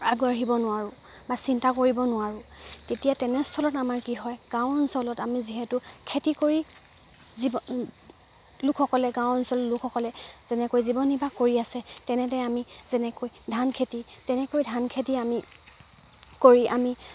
আগবাঢ়িব নোৱাৰোঁ বা চিন্তা কৰিব নোৱাৰোঁ তেতিয়া তেনেস্থলত আমাৰ কি হয় গাঁও অঞ্চলত আমি যিহেতু খেতি কৰি জীৱ লোকসকলে গাঁও অঞ্চলৰ লোকসকলে যেনেকৈ জীৱন নিৰ্বাহ কৰি আছে তেনেতে আমি যেনেকৈ ধান খেতি তেনেকৈ ধান খেতি আমি কৰি আমি